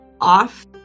off